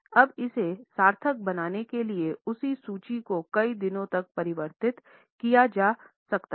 अब इसे सार्थक बनाने के लिए उसी सूत्र को कई दिनों तक परिवर्तित किया जा सकता है